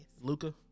Luca